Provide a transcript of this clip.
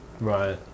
right